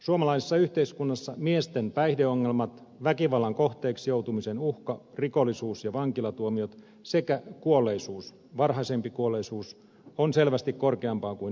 suomalaisessa yhteiskunnassa miesten päihdeongelmat väkivallan kohteeksi joutumisen uhka rikollisuus ja vankilatuomiot sekä kuolleisuus varhaisempi kuolleisuus on selvästi korkeampaa kuin naisten